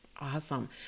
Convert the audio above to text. Awesome